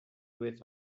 with